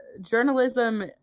journalism